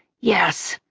yes,